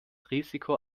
risiko